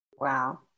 Wow